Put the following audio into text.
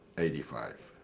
eighty five.